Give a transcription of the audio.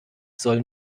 soll